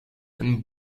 and